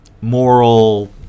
moral